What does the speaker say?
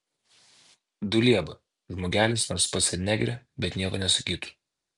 dulieba žmogelis nors pats ir negeria bet nieko nesakytų